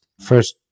First